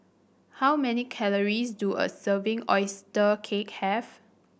how many calories do a serving oyster cake have